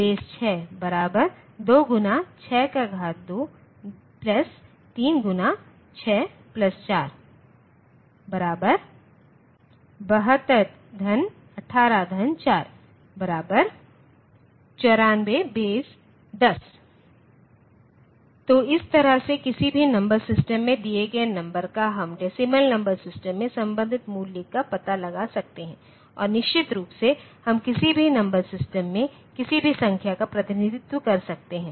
6 262 36 4 72184 10 तो इस तरह से किसी भी नंबर सिस्टम में दिए गए नंबर का हम डेसीमल नंबर सिस्टम में संबंधित मूल्य का पता लगा सकते हैं और निश्चित रूप से हम किसी भी नंबर सिस्टम में किसी भी संख्या का प्रतिनिधित्व कर सकते हैं